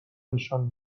نشان